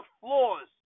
floors